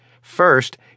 First